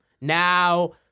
Now